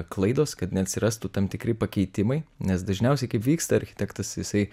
klaidos kad neatsirastų tam tikri pakeitimai nes dažniausiai kaip vyksta architektas jisai